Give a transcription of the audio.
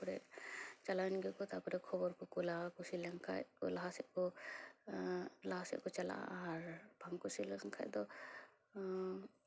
ᱛᱟᱨᱯᱚᱨᱮ ᱪᱟᱞᱟᱣᱮᱱ ᱜᱤᱠᱩ ᱛᱟᱨᱯᱚᱨ ᱠᱷᱚᱵᱚᱨ ᱠᱚ ᱠᱩᱞᱟ ᱠᱩᱥᱤ ᱞᱮᱱ ᱠᱷᱟᱡ ᱠᱚ ᱞᱟᱦᱟ ᱥᱮᱡ ᱞᱟᱦᱟ ᱥᱮᱡ ᱠᱚ ᱪᱟᱞᱟᱼᱟ ᱟᱨ ᱵᱟᱝ ᱠᱩᱥᱤ ᱞᱮᱱ ᱠᱷᱟᱡ ᱫᱚᱠᱚ